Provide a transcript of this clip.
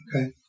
Okay